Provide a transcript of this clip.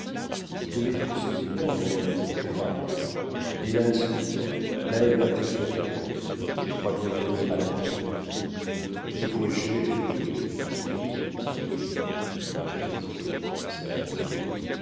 vous devez une somme énorme à la maison claparon hélas oui là est ma plus forte dette je crois bien mourir à la peine vous ne pourrez jamais le payer dit durement du tillet il a raison pensa